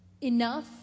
enough